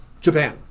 Japan